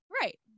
Right